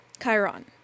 Chiron